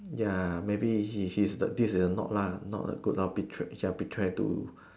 ya maybe he he's not a lah not a good lor ya betray betray to